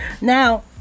now